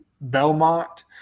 Belmont